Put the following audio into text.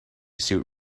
suit